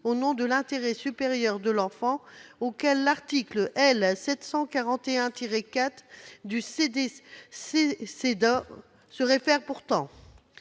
au nom de l'intérêt supérieur de l'enfant, auquel l'article L. 741-4 du CESEDA se réfère pourtant.